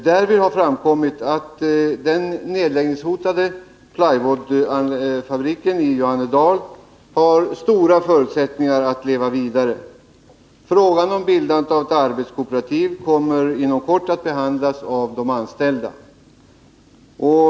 Därvid har framkommit att den nedläggningshotade plywoodfabriken i Johannedal har stora förutsättningar att leva vidare. Frågan om bildandet av ett arbetskooperativ kommer inom kort att behandlas av de anställda.